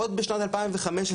עוד בשנת 2015,